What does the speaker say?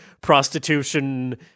prostitution